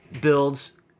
builds